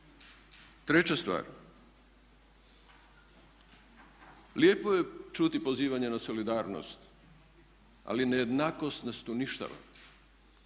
Treća stvar, lijepo je čuti pozivanje na solidarnost ali nejednakost nas uništava.